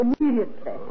immediately